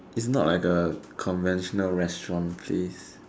is not like the conventional restaurant please